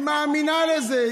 היא מאמינה לזה.